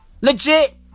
Legit